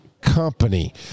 company